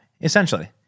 essentially